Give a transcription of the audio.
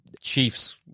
chiefs